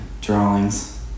drawings